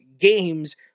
games